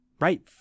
Right